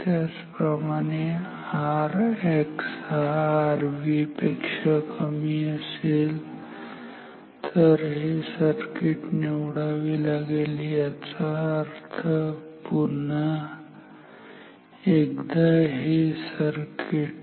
त्याचप्रमाणे जर Rx ही Rv पेक्षा कमी असेल तर हे सर्किट निवडावे लागेल याचा अर्थ पुन्हा एकदा हे सर्किट